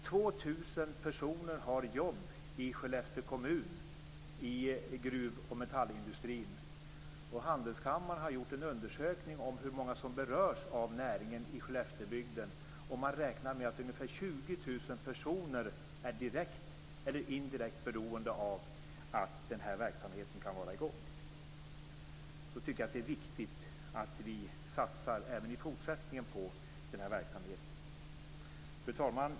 2 000 personer har jobb i Skellefteå kommun i gruv och metallindustrin. Och Handelskammaren har gjort en undersökning av hur många som berörs av näringen i Skelleftebygden, och man räknar med att ungefär 20 000 personer är direkt eller indirekt beroende av att denna verksamhet kan vara i gång. Då tycker jag att det är viktigt att vi satsar även i fortsättningen på denna verksamhet. Fru talman!